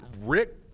Rick